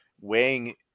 weighing